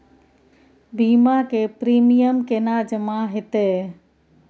बीमा के प्रीमियम केना जमा हेते?